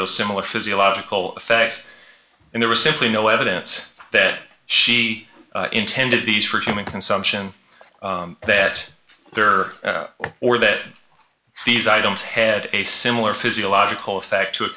those similar physiological effects and there was simply no evidence that she intended these for human consumption that there or that these items had a similar physiological effect to